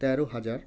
তেরো হাজার